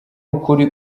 ukuri